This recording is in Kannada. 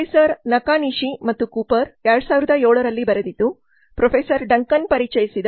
ಪ್ರೊಫೆಸರ್ ನಕಾನಿಶಿ ಮತ್ತು ಕೂಪರ್ 2007 ರಲ್ಲಿ ಬರೆದಿದ್ದು ಪ್ರೊಫೆಸರ್ ಡಂಕನ್ ಪರಿಚಯಿಸಿದ ಆರ್